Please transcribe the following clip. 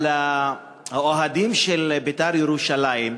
אבל האוהדים של "בית"ר ירושלים",